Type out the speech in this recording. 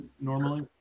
normally